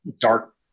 dark